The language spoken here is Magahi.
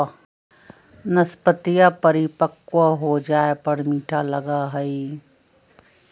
नाशपतीया परिपक्व हो जाये पर मीठा लगा हई